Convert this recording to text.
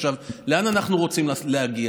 עכשיו, לאן אנחנו רוצים להגיע?